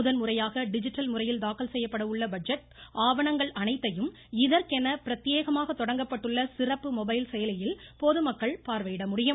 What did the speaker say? முதன்முறையாக டிஜிட்டல் முறையில் தாக்கல் செய்யப்படவுள்ள பட்ஜெட் ஆவணங்கள் அனைத்தையும் இதற்கென பிரத்யோகமாக தொடங்கப்பட்டுள்ள சிறப்பு மொபைல் செயலியில் பொதுமக்கள் பார்வையிட முடியும்